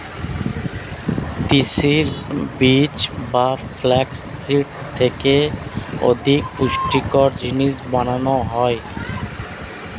তিসির বীজ বা ফ্লাক্স সিড থেকে অধিক পুষ্টিকর জিনিস বানানো হয়